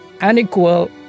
unequal